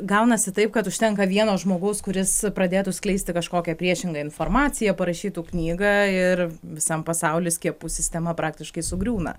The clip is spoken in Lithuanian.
gaunasi taip kad užtenka vieno žmogaus kuris pradėtų skleisti kažkokią priešingą informaciją parašytų knygą ir visam pasauly skiepų sistema praktiškai sugriūna